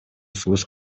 сунуш